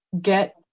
get